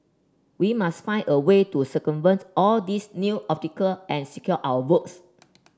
we must find a way to circumvent all these new obstacle and secure our votes